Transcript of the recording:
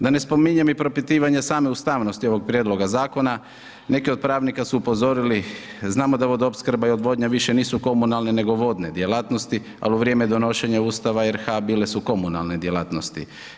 Da ne spominjem i propitivanje same ustavnosti ovog prijedloga zakona, neki od pravnika su upozorili, znamo da vodoopskrba i odvodnja više nisu komunalne nego vodne djelatnosti, al u vrijeme donošenja Ustava RH bile su komunalne djelatnosti.